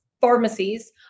pharmacies